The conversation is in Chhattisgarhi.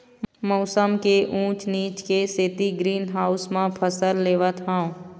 मउसम के ऊँच नीच के सेती ग्रीन हाउस म फसल लेवत हँव